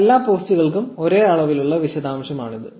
എല്ലാ പോസ്റ്റുകൾക്കും ഒരേ അളവിലുള്ള വിശദാംശമാണിത്